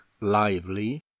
lively